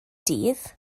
dydd